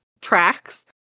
tracks